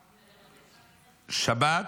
שבת,